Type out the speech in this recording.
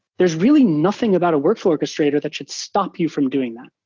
there's really nothing about a workflow orchestrator that should stop you from doing that.